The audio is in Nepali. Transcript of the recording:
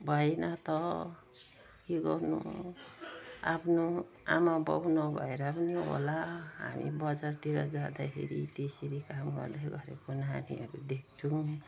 भएन त के गर्नु आफ्नो आमाबाबु नभएर पनि होला हामी बजारतिर जाँदाखेरि त्यसरी काम गर्दै गरेको नानीहरू देख्छौँ